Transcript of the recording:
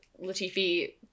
Latifi